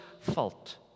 fault